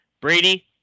Brady